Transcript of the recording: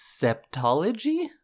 septology